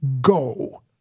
go